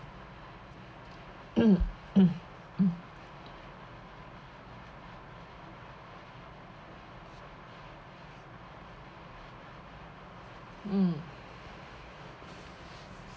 mm